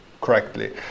correctly